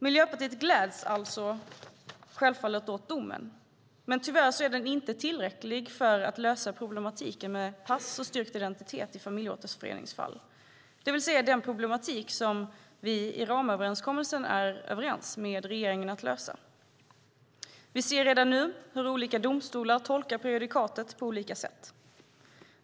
Miljöpartiet gläds alltså åt domen, men tyvärr är den inte tillräcklig för att lösa problematiken med pass och styrkt identitet i familjeåterföreningsfall, det vill säga den problematik som vi i ramöverenskommelsen är överens med regeringen om att lösa. Vi ser redan nu hur olika domstolar tolkar prejudikatet på olika sätt.